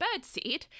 birdseed